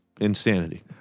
insanity